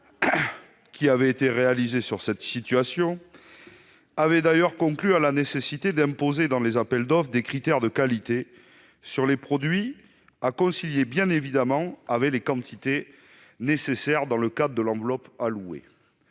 qui avait été réalisé sur cet épisode avait d'ailleurs conclu à la nécessité d'imposer, dans les appels d'offres, des critères de qualité sur les produits, des critères à concilier, bien évidemment, avec les quantités nécessaires dans le cadre de l'enveloppe allouée.